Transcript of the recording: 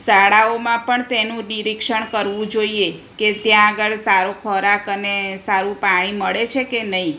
શાળાઓમાં પણ તેનું નિરીક્ષણ કરવું જોઈએ કે ત્યાં આગળ સારો ખોરાક અને સારું પાણી મળે છેકે નહીં